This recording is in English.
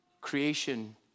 Creation